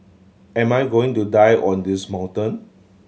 am I going to die on this mountain